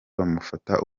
bamufata